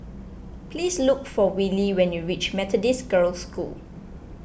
please look for Willie when you reach Methodist Girls' School